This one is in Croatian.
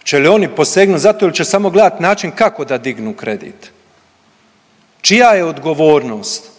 hoće li oni posegnut za to ili će samo gledat način kako da dignu kredit? Čija je odgovornost